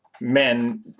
men